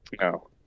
No